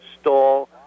stall